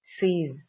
sees